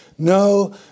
No